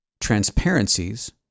transparencies